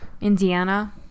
Indiana